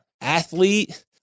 Athlete